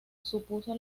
supuso